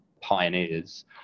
pioneers